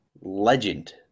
legend